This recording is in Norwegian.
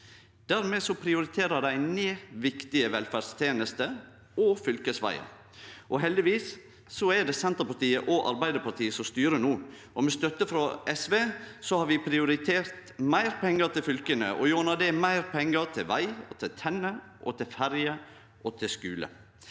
Dermed prioriterer dei ned viktige velferdstenester og fylkesvegar. Heldigvis er det Senterpartiet og Arbeidarpartiet som styrer no, og med støtte frå SV har vi prioritert meir pengar til fylka, og gjennom det meir pengar til veg, tenner, ferje og skule.